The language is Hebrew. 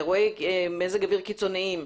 אירועי מזג אוויר קיצוניים,